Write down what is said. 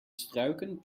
struiken